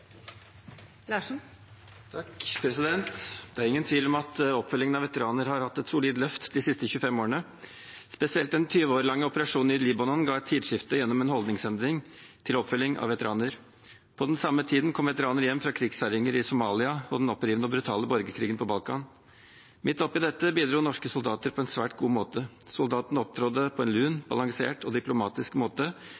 hatt et solid løft de siste 25 årene. Spesielt den 20 år lange operasjonen i Libanon ga et tidskifte gjennom en holdningsendring til oppfølging av veteraner. På den samme tiden kom veteraner hjem fra krigsherjinger i Somalia og fra den opprivende og brutale borgerkrigen på Balkan. Midt oppe i dette bidro norske soldater på en svært god måte. Soldatene opptrådte på en lun,